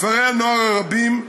כפרי הנוער הרבים,